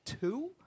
two